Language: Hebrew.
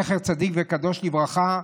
זכר צדיק וקדוש לברכה,